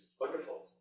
wonderful